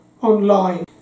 Online